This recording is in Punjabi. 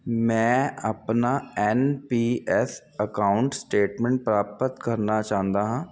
ਮੈਂ ਆਪਣਾ N P S account statement ਪ੍ਰਾਪਤ ਕਰਨਾ ਚਾਹੁੰਦਾ ਹਾਂ